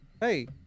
hey